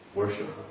worship